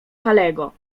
kalego